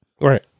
Right